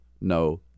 No